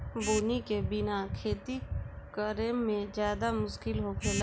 बुनी के बिना खेती करेमे ज्यादे मुस्किल होखेला